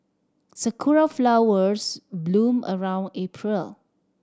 sakura flowers bloom around April